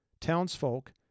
townsfolk